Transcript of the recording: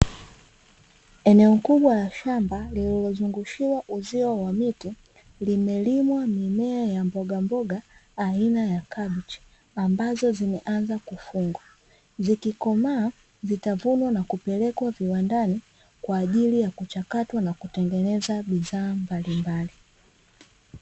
Eneo kubwa la shamba lililozungushiwa uzio wa miti, limelimwa mimea ya mbogamboga aina ya kabichi ambazo zimeanza kufungwa. Zikikomaa zitavunwa na kupelekwa viwandani kwa ajili ya kuchakatwa na kutengeneza bidhaa mbalimbali.